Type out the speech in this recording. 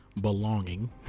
belonging